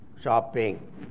shopping